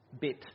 bit